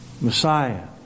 Messiah